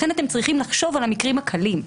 לכן אתם צריכים לחשוב על המקרים הקלים.